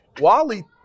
Wally